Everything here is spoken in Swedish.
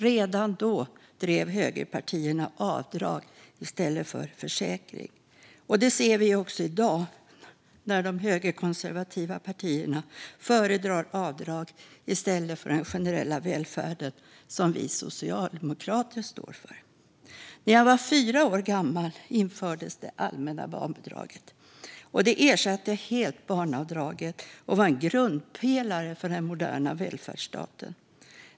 Redan då drev högerpartierna avdrag i stället för försäkring. Det ser vi också i dag när de högerkonservativa partierna föredrar avdrag i stället för den generella välfärd som vi socialdemokrater står för. När jag var fyra år gammal infördes det allmänna barnbidraget. Det ersatte helt barnavdraget och var en grundpelare för den moderna välfärdsstaten.